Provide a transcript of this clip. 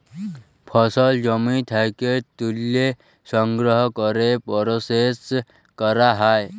ফসল জমি থ্যাকে ত্যুলে সংগ্রহ ক্যরে পরসেস ক্যরা হ্যয়